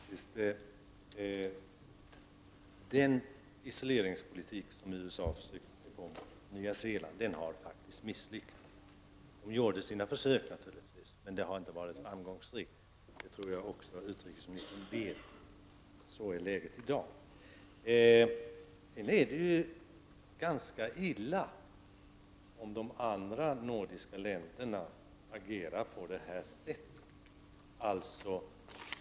Herr talman! Den isoleringspolitik som USA försöker att bedriva mot Nya Zeeland har faktiskt misslyckats. Man gjorde naturligtvis sina försök, men den politiken har inte varit framgångsrik. Det tror jag att också utrikesministern känner till. Så är läget i dag. Det är ganska illa om de andra nordiska länderna agerar på det här sättet.